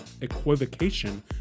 equivocation